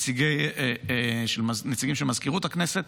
נציגים של מזכירות הכנסת: